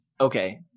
Okay